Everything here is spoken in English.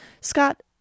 Scott